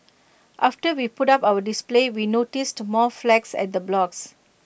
after we put up our display we noticed more flags at the blocks